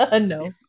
No